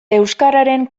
euskararen